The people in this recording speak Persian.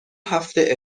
هفته